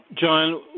John